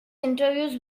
interviews